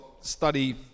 study